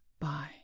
Bye